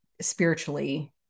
spiritually